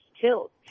tilt